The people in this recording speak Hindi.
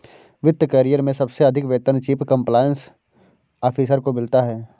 वित्त करियर में सबसे अधिक वेतन चीफ कंप्लायंस ऑफिसर को मिलता है